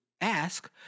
Ask